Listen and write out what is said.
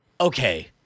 Okay